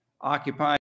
occupied